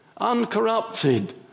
Uncorrupted